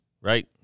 Right